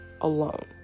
alone